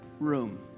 room